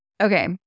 okay